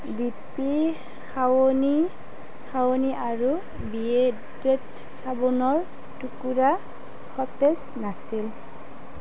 D P খাৱনি খাৱনি আৰু বিয়েৰ্ডেড চাবোনৰ টুকুৰা সতেজ নাছিল